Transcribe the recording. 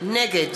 נגד